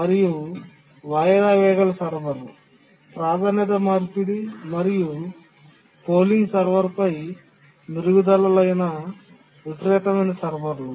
మరికొన్ని వాయిదా వేయగల సర్వర్ ప్రాధాన్యత మార్పిడి మరియు పోలింగ్ సర్వర్పై మెరుగుదలలు అయిన విపరీతమైన సర్వర్లు